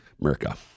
America